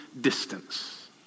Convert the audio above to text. distance